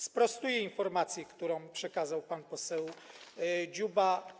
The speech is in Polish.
Sprostuję informację, którą przekazał pan poseł Dziuba.